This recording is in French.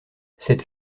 cette